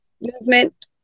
movement